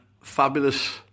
fabulous